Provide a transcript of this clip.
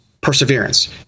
perseverance